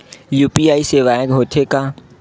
UPI सेवाएं हो थे का?